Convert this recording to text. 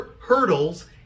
hurdles